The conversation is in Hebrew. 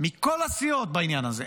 מכל הסיעות, בעניין הזה.